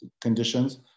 conditions